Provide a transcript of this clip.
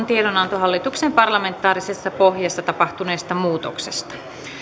tiedonanto hallituksen parlamentaarisessa pohjassa tapahtuneesta muutoksesta